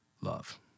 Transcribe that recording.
love